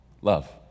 love